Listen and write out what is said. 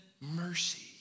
mercy